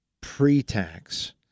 pre-tax